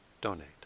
donate